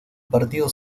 partido